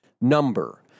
number